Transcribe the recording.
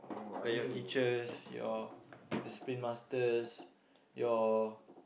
like your teachers your discipline masters your